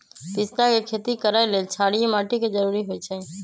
पिस्ता के खेती करय लेल क्षारीय माटी के जरूरी होई छै